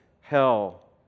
hell